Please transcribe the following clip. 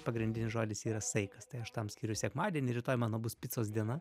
pagrindinis žodis yra saikas tai aš tam skiriu sekmadienį rytoj mano bus picos diena